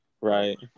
right